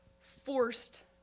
forced